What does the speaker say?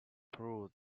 proved